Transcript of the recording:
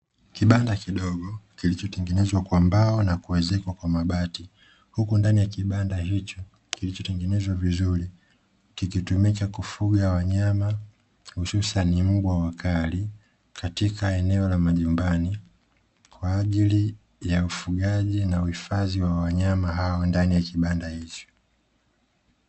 Kibanda kidogo kilichotenegenezwa kwa mbao na kuezekwa kwa mabati, huku ndani ya kibanda hicho kilichotengenezwa vizuri kikitumika kufuga wanyama, hususani mbwa wakali katika eneo la majumbani kwa ajili ya ufugaji na uhifadhi wa wanyama hao ndani ya kibanda hicho.